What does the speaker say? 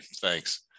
thanks